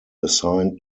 assigned